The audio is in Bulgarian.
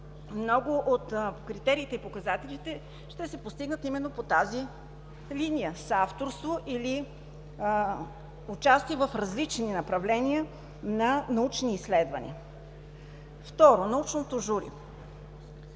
много от критериите и показателите ще се постигнат именно по тази линия – съавторство или участие в различни направление на научни изследвания. Второ, научното жури.